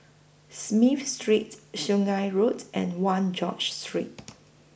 Smith Street Sungei Road and one George Street